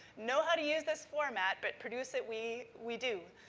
know how to use this format. but produce it, we we do.